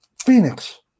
Phoenix